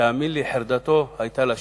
ותאמין לי חרדתו היתה לשווא.